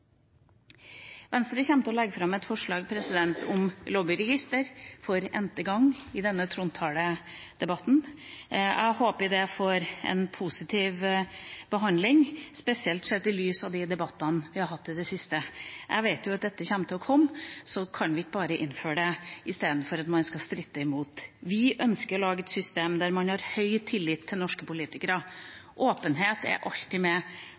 Venstre kommer til å legge fram et forslag om lobbyregister – for n-te gang – i denne trontaledebatten. Jeg håper det får en positiv behandling, spesielt sett i lys av de debattene vi har hatt i det siste. Jeg vet jo at dette kommer til å komme, så kan man ikke bare innføre det istedenfor å stritte imot? Vi ønsker å lage et system, slik at man kan ha høy tillit til norske politikere. Åpenhet er alltid med